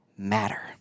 Matter